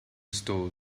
store